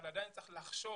אבל עדיין צריך לחשוב.